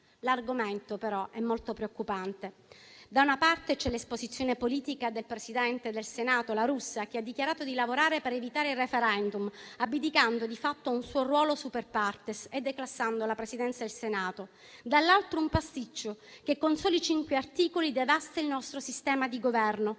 L'argomento, però, è molto preoccupante: da una parte, c'è l'esposizione politica del presidente del Senato La Russa, che ha dichiarato di lavorare per evitare il *referendum*, abdicando di fatto al suo ruolo *super partes* e declassando la Presidenza del Senato; dall'altro, un pasticcio, che con soli cinque articoli devasta il nostro sistema di Governo,